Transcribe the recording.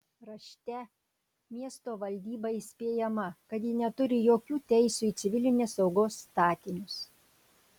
rašte miesto valdyba įspėjama kad ji neturi jokių teisių į civilinės saugos statinius